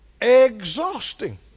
exhausting